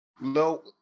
No